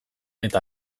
eta